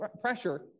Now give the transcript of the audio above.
pressure